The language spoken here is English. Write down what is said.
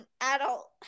adult